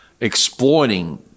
exploiting